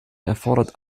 erfordert